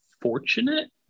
fortunate